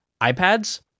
iPads